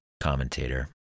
commentator